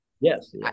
yes